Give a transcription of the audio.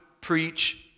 preach